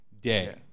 day